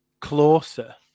closer